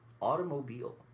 automobile